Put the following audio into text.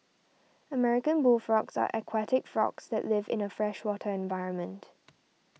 American bullfrogs are aquatic frogs that live in a freshwater environment